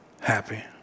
happy